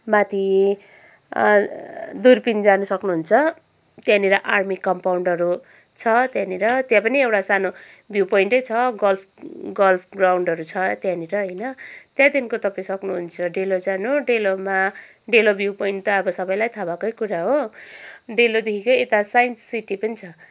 माथि दुर्पिन जानु सक्नुहुन्छ त्यहाँनिर आर्मी कम्पाउन्डहरू छ त्यहाँनिर त्यहाँ पनि एउटा सानो भ्यू पोइन्टै छ गल्फ गल्फ ग्राउन्डहरू छ त्यहाँनिर होइन त्यहाँदेखिको तपाईँ सक्नुहुन्छ डेलो जानु डेलोमा डेलो भ्यू पोइन्ट त अब सबैलाई थाहा भएकै कुरा हो डेलोदेखिकै यता साइन्स सिटी पनि छ